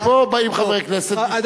הרי פה באים חברי כנסת מפה,